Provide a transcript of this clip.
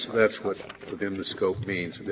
that's what within the scope means.